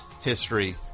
history